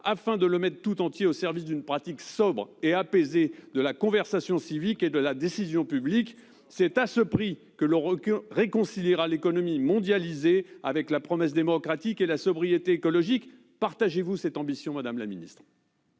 afin de le mettre tout entier au service d'une pratique sobre et apaisée de la conversation civique et de la décision publique. C'est à ce prix que l'on réconciliera l'économie mondialisée avec la promesse démocratique et la sobriété écologique. Partagez-vous cette ambition, madame la secrétaire